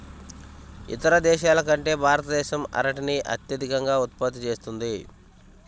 ఇతర దేశాల కంటే భారతదేశం అరటిని అత్యధికంగా ఉత్పత్తి చేస్తుంది